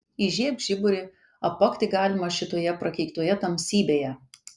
įžiebk žiburį apakti galima šitoje prakeiktoje tamsybėje